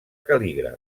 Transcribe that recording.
cal·lígraf